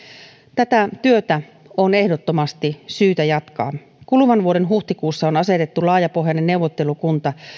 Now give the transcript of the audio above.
tätä työtä on ehdottomasti syytä jatkaa kuluvan vuoden huhtikuussa on asetettu laajapohjainen neuvottelukunta